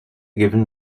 given